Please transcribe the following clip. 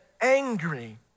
angry